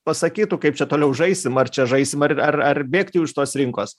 pasakytų kaip čia toliau žaisim ar čia žaisim ar ar ar bėgt jau iš tos rinkos